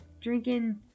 drinking